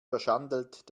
verschandelt